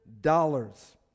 dollars